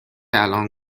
الان